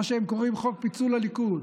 מה שהם קוראים "חוק פיצול הליכוד",